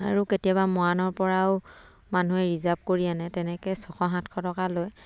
আৰু কেতিয়াবা মৰাণৰ পৰাও মানুহে ৰিজাৰ্ভ কৰি আনে তেনেকৈ ছশ সাতশ টকা লয়